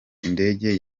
indege